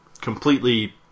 completely